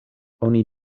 oni